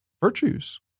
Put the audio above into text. virtues